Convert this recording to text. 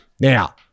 Now